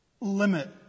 limit